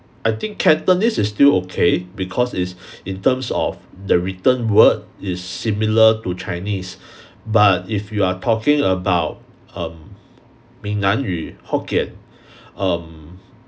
I think cantonese is still okay because it's in terms of the written word is similar to chinese but if you are talking about um 闽南语 hokkien um